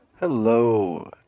Hello